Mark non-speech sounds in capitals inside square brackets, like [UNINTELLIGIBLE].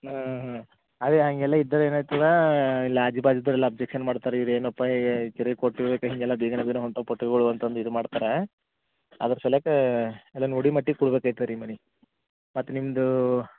ಹಾಂ ಹಾಂ ಹಾಂ ಅದೇ ಹಂಗೆಲ್ಲ ಇದ್ದರೆ ಏನಾಯ್ತದಾ ಇಲ್ಲಿ ಆಜು ಬಾಜುದವರೆಲ್ಲ ಒಬ್ಜೆಕ್ಷನ್ ಮಾಡ್ತರ್ರಿ ಇವ್ರೇನಪ್ಪ ಹೀಗೆ ಕಿರೈ ಕೊಟ್ಟು ಹೀಗೆಲ್ಲ [UNINTELLIGIBLE] ಅಂತಂದು ಇದು ಮಾಡ್ತರ ಅದ್ರ ಸಲ್ಲೇಕ ಅದನ್ನ ನೋಡಿ ಮಟ್ಟಕ್ಕೆ ಕೊಡ್ಬೇಕಯ್ತರಿ ಮನೆ ಮತ್ತು ನಿಮ್ದ್